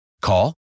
Call